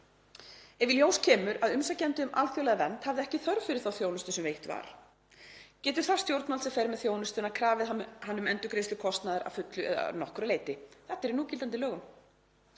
Ef í ljós kemur að umsækjandi um alþjóðlega vernd hafi ekki haft þörf fyrir þá þjónustu sem veitt var getur það stjórnvald sem fer með þjónustuna krafið hann um endurgreiðslu kostnaðar að fullu eða nokkru leyti. Þetta er í núgildandi lögum.